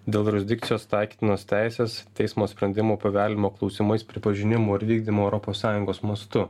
dėl jurisdikcijos taikytinos teisės teismo sprendimų paveldėjimo klausimais pripažinimo ir vykdymo europos sąjungos mastu